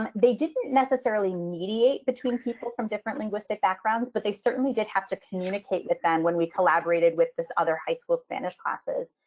and they didn't necessarily mediate between people from different linguistic backgrounds, but they certainly did have to communicate with them. when we collaborated with this other high school spanish classes,